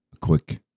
quick